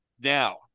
now